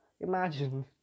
Imagine